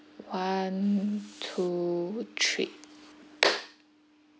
one two three